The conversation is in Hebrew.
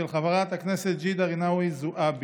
של חברת הכנסת ג'ידא רינאוי זועבי.